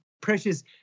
precious